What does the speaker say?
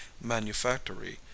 manufactory